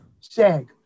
SAG